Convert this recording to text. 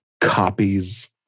copies